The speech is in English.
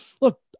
look